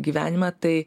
gyvenimą tai